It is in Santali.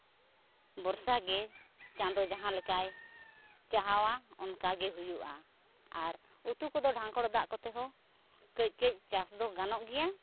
ᱵᱷᱚᱨᱥᱟ ᱜᱮ ᱪᱟᱸᱫᱳ ᱡᱟᱦᱟᱸ ᱞᱮᱠᱟᱭ ᱪᱟᱦᱟᱣᱟ ᱚᱱᱠᱟ ᱜᱮ ᱦᱩᱭᱩᱜᱼᱟ ᱟᱨ ᱩᱛᱩ ᱠᱚᱫᱚ ᱰᱷᱟᱝᱠᱚᱲ ᱫᱟᱜ ᱠᱚᱛᱮ ᱦᱚᱸ ᱠᱟᱹᱡ ᱠᱟᱹᱡ ᱪᱟᱥ ᱫᱚ ᱜᱟᱱᱚᱜ ᱜᱮᱭᱟ